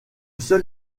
seul